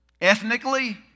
ethnically